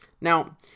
Now